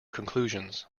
conclusions